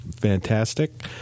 fantastic